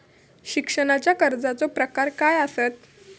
शिक्षणाच्या कर्जाचो प्रकार काय आसत?